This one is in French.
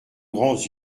grands